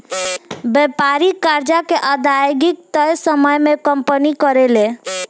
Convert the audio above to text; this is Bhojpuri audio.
व्यापारिक कर्जा के अदायगी तय समय में कंपनी करेले